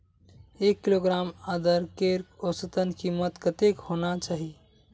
एक किलोग्राम अदरकेर औसतन कीमत कतेक होना चही?